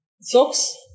socks